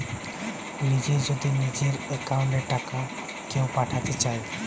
নিজে যদি নিজের একাউন্ট এ টাকা কেও পাঠাতে চায়